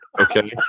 okay